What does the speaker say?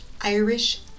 Irish